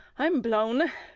i'm blown.